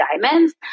diamonds